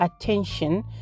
attention